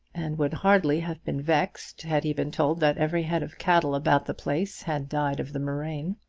and would hardly have been vexed had he been told that every head of cattle about the place had died of the murrain.